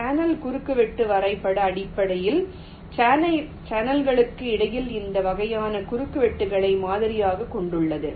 channel குறுக்குவெட்டு வரைபடம் அடிப்படையில் சேனல்களுக்கு இடையில் இந்த வகையான குறுக்குவெட்டுகளை மாதிரியாகக் கொண்டுள்ளது